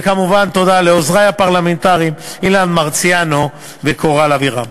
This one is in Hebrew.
וכמובן תודה לעוזרי הפרלמנטריים אילן מרסיאנו וקורל אבירם.